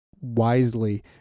wisely